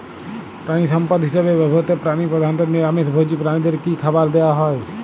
প্রাণিসম্পদ হিসেবে ব্যবহৃত প্রাণী প্রধানত নিরামিষ ভোজী প্রাণীদের কী খাবার দেয়া হয়?